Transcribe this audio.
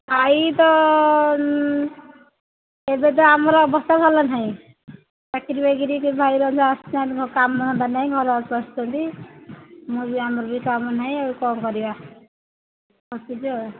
ଭାଇ ତ ଏବେ ତ ଆମର ଅବସ୍ଥା ଭଲ ନାହିଁ ଚାକିରି ବାକିରି ଭାଇ ର ଆସୁଛନ୍ତି କାମ ହେଲା ନାହିଁ ଘର ଆସୁଛନ୍ତି ମୁଁ ବି ଆମର ବି କାମ ନାହିଁ ଆଉ କ'ଣ କରିବା ଆସୁଛି ଆଉ